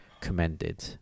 commended